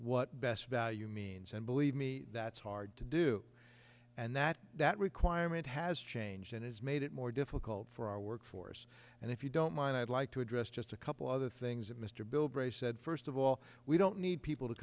what best value means and believe me that's hard to do and that that requirement has changed and has made it more difficult for our workforce and if you don't mind i'd like to address just a couple other things that mr bilbray said first of all we don't need people to